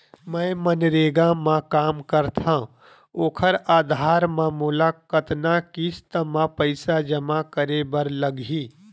मैं मनरेगा म काम करथव, ओखर आधार म मोला कतना किस्त म पईसा जमा करे बर लगही?